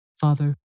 Father